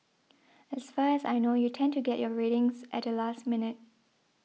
as far as I know you tend to get your ratings at the last minute